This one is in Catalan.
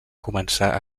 començar